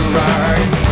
right